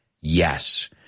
Yes